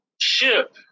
ship